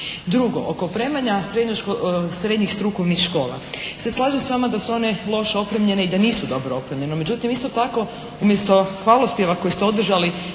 Drugo. Oko opremanja srednjih strukovnih škola. Ja se slažem s vama da su one loše opremljene i da nisu dobro opremljene. Međutim, isto tako umjesto hvalospjeva koji ste održali